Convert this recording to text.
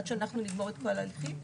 עד שנסיים את כל ההליכים,